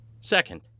Second